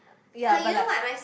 ya but like